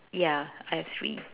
yeah I have three